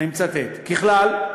"ככלל,